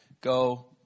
Go